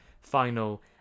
final